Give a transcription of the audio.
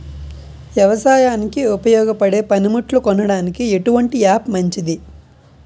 వ్యవసాయానికి ఉపయోగపడే పనిముట్లు కొనడానికి ఎటువంటి యాప్ మంచిది?